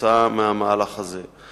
כתוצאה מהמהלך הזה.